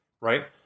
right